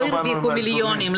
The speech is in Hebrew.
לא הרוויחו מיליונים,